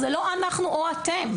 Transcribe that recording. זה לא אנחנו או אתם.